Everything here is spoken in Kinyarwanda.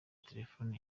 telefone